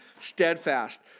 steadfast